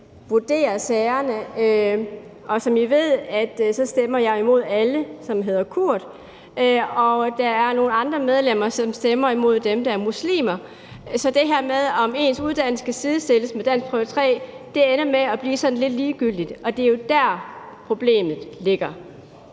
vurdere sagerne. Som sagt kan jeg stemme imod alle, som hedder Kurt, og der er nogle andre medlemmer, som kan stemme imod dem, der er muslimer. Så til det her med, om ens uddannelse kan sidestilles med danskprøve 3, vil jeg sige, at det ender med at blive sådan lidt ligegyldigt, og det er jo der, problemet ligger.